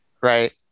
Right